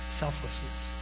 selflessness